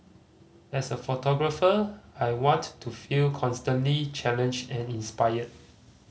as a photographer I want to feel constantly challenged and inspired